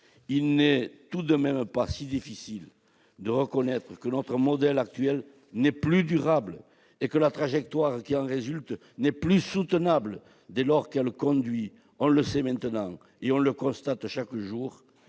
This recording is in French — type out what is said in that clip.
Il n'est tout de même pas si difficile de reconnaître que notre modèle actuel n'est plus durable et que la trajectoire qui en résulte n'est plus soutenable, dès lors qu'elle conduit chaque jour